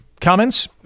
Comments